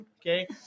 okay